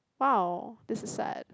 !wow! this is sad